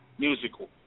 Musical